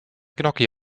gnocchi